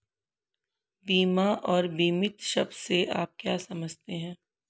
बीमा और बीमित शब्द से आप क्या समझते हैं?